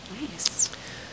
Nice